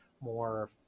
more